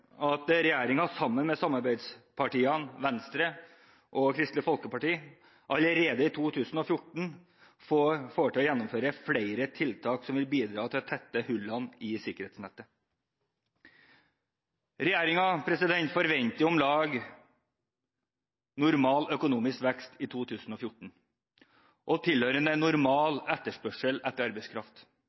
at regjeringen, sammen med samarbeidspartiene Venstre og Kristelig Folkeparti, allerede i 2014 får til å gjennomføre flere tiltak som vil bidra til å tette hullene i sikkerhetsnettet. Regjeringen forventer om lag normal økonomisk vekst i 2014 og tilhørende normal etterspørsel etter arbeidskraft.